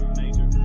major